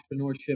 entrepreneurship